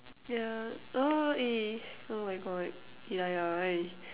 yeah !aww! eh oh my God hidaya eh